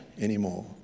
anymore